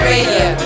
Radio